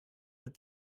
but